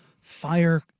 fire